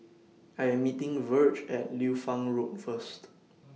I Am meeting Virge At Liu Fang Road First